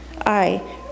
I